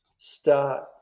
start